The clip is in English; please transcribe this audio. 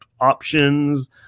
options